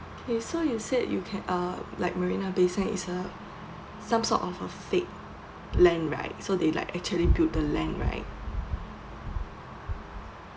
okay so you said you can uh like Marina Bay Sands is a some sort of a fake land right so they like actually build the land right